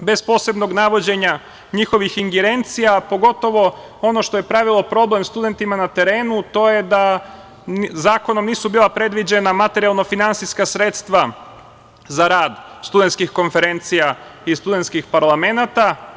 bez posebnog navođenja njihovih ingerencija, pogotovo ono što je pravilo problem studentima na terenu, da zakonom nisu bila predviđena materijalno-finansijska sredstva za rad studentskih konferencija i studentskih parlamenata.